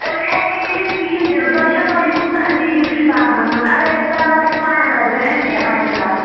أمِس ہٮ۪کہِ نہٕ مِلِتھ کِہیٖنۍ تِنہٕ تۄہہِ چھا پَے یہِ کوٗتاہ ویٖک چھُ پَرنَس منٛز اَگر أمِس پگاہ آسہِ فاینَل ایٚکزام أمِس کیٛاہ بَنہِ تَتھ